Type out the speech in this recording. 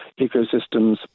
ecosystems